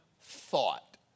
thought